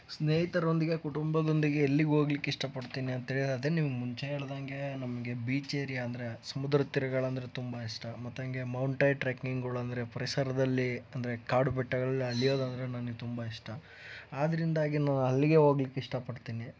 ಸ್ನೇಹಿತರೊಂದಿಗೆ ಕುಟುಂಬದೊಂದಿಗೆ ಎಲ್ಲಿಗೆ ಹೋಗ್ಲಿಕ್ಕೆ ಇಷ್ಟಪಡ್ತೀನಿ ಅಂತ ಹೇಳಿದ್ರೆ ಅದೆ ನಿಮಗೆ ಮುಂಚೆ ಹೇಳ್ದಂಗೆ ನಮಗೆ ಬೀಚ್ ಏರಿಯಾ ಅಂದರೆ ಸಮುದ್ರದ ತೆರೆಗಳೆಂದ್ರೆ ತುಂಬ ಇಷ್ಟ ಮತ್ತೆ ಹಾಗೆ ಮೌಂಟೈ ಟ್ರೇಕ್ಕಿಂಗ್ಗಳು ಅಂದರೆ ಪರಿಸರದಲ್ಲಿ ಅಂದರೆ ಕಾಡು ಬೆಟ್ಟಗಳಲ್ಲಿ ಅಲೆಯೋದು ಅಂದರೆ ನನಗೆ ತುಂಬ ಇಷ್ಟ ಆದ್ದರಿಂದಾಗಿ ನಾನು ಅಲ್ಲಿಗೆ ಹೋಗ್ಲಿಕ್ಕೆ ಇಷ್ಟಪಡ್ತೀನಿ